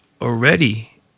already